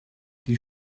die